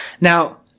Now